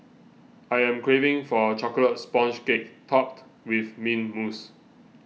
I am craving for a Chocolate Sponge Cake Topped with Mint Mousse